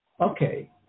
Okay